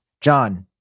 John